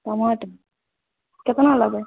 टमाटर केतना लेबै